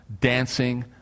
dancing